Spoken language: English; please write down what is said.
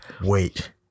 Wait